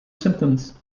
symptoms